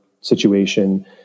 situation